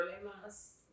problemas